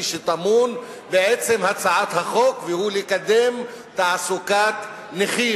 שטמון בעצם הצעת החוק והוא לקדם תעסוקת נכים,